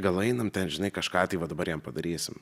gal einam ten žinai kažką tai va dabar jiem padarysim